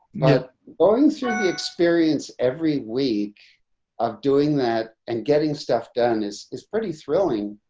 but going through the experience every week of doing that and getting stuff done is is pretty thrilling.